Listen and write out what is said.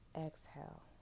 exhale